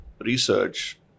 research